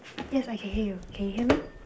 yes I can hear you can you hear me